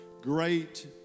great